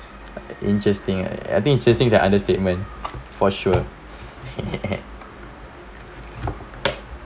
interesting eh I think interesting are understatement for sure